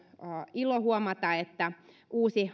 ilo huomata että uusi